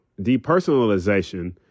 depersonalization